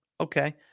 okay